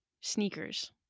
sneakers